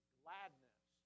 gladness